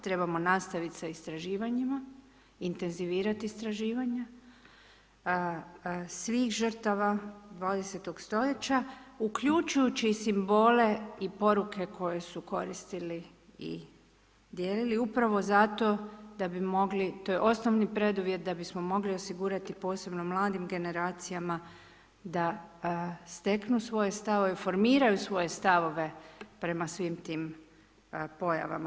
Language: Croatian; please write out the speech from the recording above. Trebamo nastaviti sa istraživanjima, intenzivirati istraživanja svih žrtava 20. st. uključujući simbole i poruke koje su koristili i dijelili upravo zato da bi mogli, to je osnovni preduvjet da bismo mogli osigurati, posebno mladim generacijama, da steknu svoje stavove, formiraju svoje stavove prema svim tim pojavama.